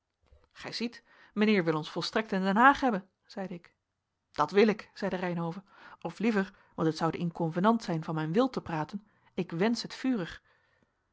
gij ziet mijnheer wil ons volstrekt in den haag hebben zeide ik dat wil ik zeide reynhove of liever want het zoude inconvenant zijn van mijn wil te praten ik wensch het vurig